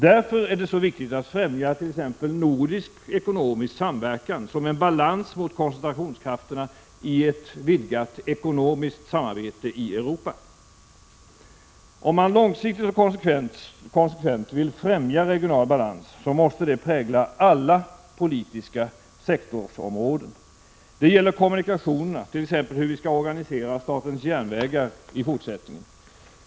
Därför är det så viktigt att främja t.ex. nordisk ekonomisk samverkan som en balans mot koncentrationskrafterna i ett vidgat ekonomiskt samarbete i Europa. Om man långsiktigt och konsekvent vill främja regional balans måste det prägla alla politiska sektorsområden. Det gäller kommunikationerna, t.ex. hur vi skall organisera Statens Järnvägar i fortsättningen.